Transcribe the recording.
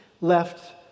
left